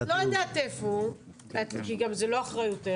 את לא יודעת איפה הוא, כי גם זה לא אחריותך.